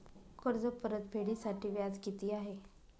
कर्ज परतफेडीसाठी व्याज किती आहे?